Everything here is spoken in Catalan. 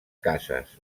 cases